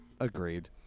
Agreed